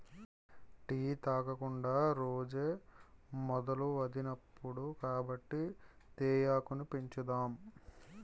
tea తాగకుండా రోజే మొదలవదిప్పుడు కాబట్టి తేయాకును పెంచుదాం